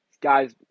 Guys